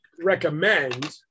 recommend